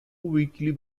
weekly